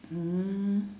mm